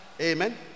amen